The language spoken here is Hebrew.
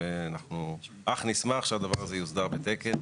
אנחנו אך נשמח שהדבר הזה יוסדר בתקן.